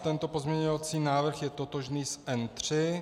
Tento pozměňovací návrh je totožný s N3.